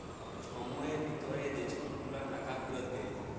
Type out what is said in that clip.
ছময়ের ভিতরে যে ছব গুলা টাকা ফিরত দেয়